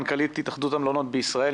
מנכ"לית התאחדות המלונות בישראל,